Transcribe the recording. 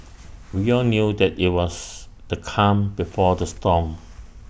we all knew that IT was the calm before the storm